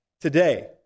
today